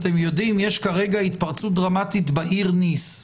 יש כרגע התפרצות דרמטית בעיר ניס,